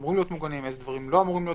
מעוגנים ואילו לא.